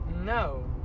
No